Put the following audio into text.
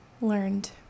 learned